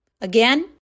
Again